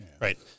Right